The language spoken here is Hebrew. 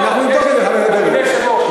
אדוני היושב-ראש,